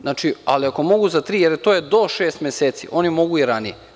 Znači, ali ako mogu za 3 meseca, jer to je do 6 meseci, a oni mogu i ranije.